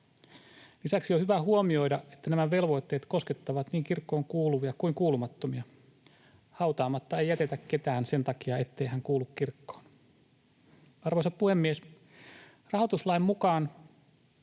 Lisäksi on hyvä huomioida, että nämä velvoitteet koskettavat niin kirkkoon kuuluvia kuin kuulumattomia. Hautaamatta ei jätetä ketään sen takia, ettei hän kuulu kirkkoon. Arvoisa puhemies! Rahoituslain mukainen